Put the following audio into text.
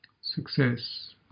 Success